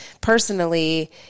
personally